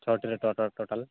ᱪᱷᱚᱴᱤ ᱨᱮ ᱴᱳᱴᱟᱞ